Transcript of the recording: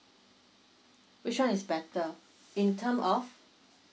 which one is better in term of